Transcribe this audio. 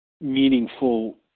meaningful